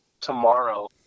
tomorrow